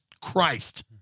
Christ